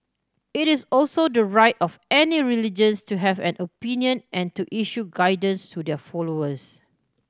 it is also the right of any religions to have an opinion and to issue guidance to their followers